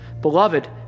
beloved